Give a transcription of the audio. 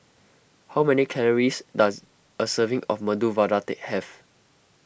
how many calories does a serving of Medu Vada they have